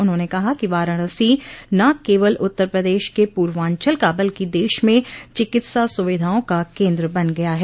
उन्होंने कहा कि वाराणसी न केवल उत्तर प्रदेश के पूर्वांचल का बल्कि देश में चिकित्सा सूविधाओं का केंद्र बन गया है